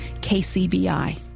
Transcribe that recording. KCBI